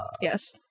Yes